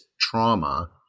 trauma